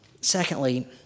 Secondly